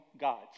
gods